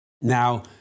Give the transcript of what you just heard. Now